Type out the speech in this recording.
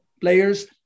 players